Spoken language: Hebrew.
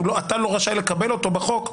או אתה לא רשאי לקבל אותו בחוק,